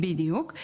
בדיוק.